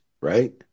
right